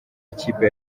ikipe